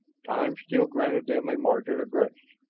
time still granted them a margin of grace.